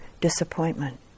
disappointment